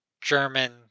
German